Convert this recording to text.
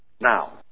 now